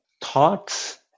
Thoughts